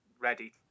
ready